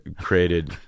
created